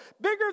Bigger